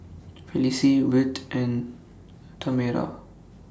Felicie Wirt and Tamera